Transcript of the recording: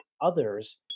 others